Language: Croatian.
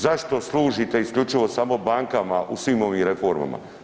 Zašto služite isključivo samo bankama u svim ovim reformama?